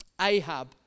Ahab